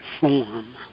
form